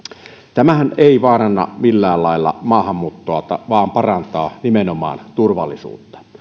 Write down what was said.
tämähän ei vaaranna millään lailla maahanmuuttoa vaan nimenomaan parantaa turvallisuutta